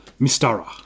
Mistara